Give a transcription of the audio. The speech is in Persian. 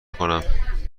کنم